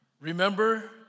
Remember